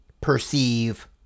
perceive